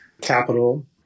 capital